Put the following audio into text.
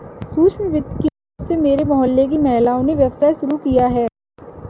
सूक्ष्म वित्त की मदद से मेरे मोहल्ले की महिलाओं ने व्यवसाय शुरू किया है